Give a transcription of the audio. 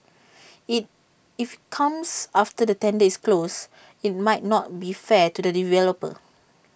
IT if comes after the tender is closed IT might not be fair to the developer